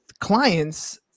clients